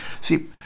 See